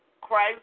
Christ